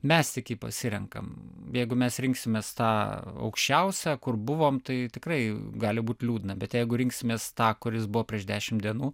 mes jį tik pasirenkam jeigu mes rinksimės tą aukščiausią kur buvom tai tikrai gali būt liūdna bet jeigu ir rinksimės tą kuris buvo prieš dešimt dienų